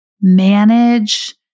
manage